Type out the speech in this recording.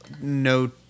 no